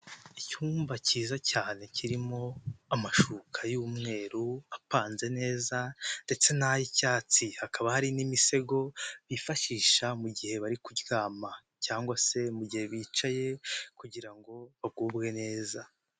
Icyumba cyiza cyane kirimo amashuka y'umweru apanze neza ndetse n'ay'icyatsi, hakaba hari n'imisego bifashisha mu gihe bari kuryama cyangwa se mu gihe bicaye kugira ngo bagubwe neza.